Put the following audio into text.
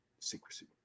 Secrecy